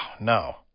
no